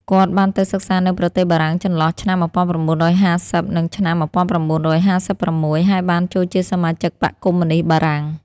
គាត់ បានទៅសិក្សានៅប្រទេសបារាំងចន្លោះឆ្នាំ១៩៥០ និងឆ្នាំ១៩៥៦ ហើយបានចូលជាសមាជិកបក្សកុម្មុយនីស្តបារាំង។